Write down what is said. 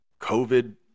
COVID